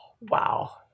Wow